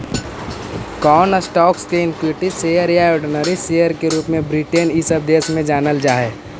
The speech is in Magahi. कौन स्टॉक्स के इक्विटी शेयर या ऑर्डिनरी शेयर के रूप में ब्रिटेन इ सब देश में जानल जा हई